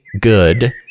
good